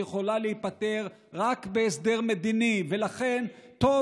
היא יכולה להיפתר רק בהסדר מדיני ולכן טוב